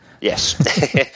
Yes